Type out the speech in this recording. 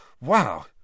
Wow